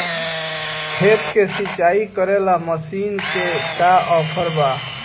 खेत के सिंचाई करेला मशीन के का ऑफर बा?